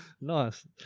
Nice